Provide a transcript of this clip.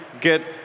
get